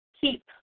keep